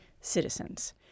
citizens